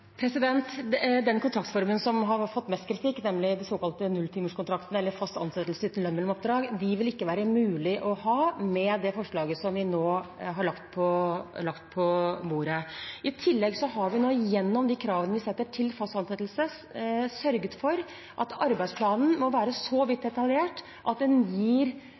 Den kontraktsformen som har fått mest kritikk, er den såkalte nulltimerskontrakten, eller fast ansettelse uten lønn mellom oppdrag. Dem vil det ikke være mulig å ha med det forslaget som vi nå har lagt på bordet. I tillegg har vi gjennom kravene vi setter til fast ansettelse sørget for at arbeidsplanen må være så vidt detaljert at den gir